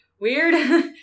weird